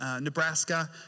Nebraska